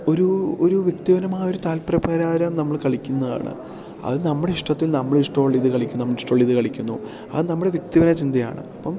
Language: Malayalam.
ഒരു ഒരു വ്യക്തിപരമായൊരു താൽപര്യ പ്രകാരം ആ ഒരു നമ്മള് കളിക്കുന്നതാണ് അത് നമ്മുടെ ഇഷ്ടത്തിൽ നമ്മള് ഇഷ്ടമുള്ള രീതിയിൽ കളിക്കും നമ്മള് ഇഷ്ടമുള്ള രീതിയിൽ കളിക്കുന്നു അതു നമ്മുടെ വ്യക്തിപരമായ ചിന്തയാണ് അപ്പോള്